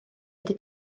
wedi